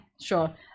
sure